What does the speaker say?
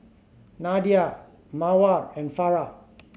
Nadia Mawar and Farah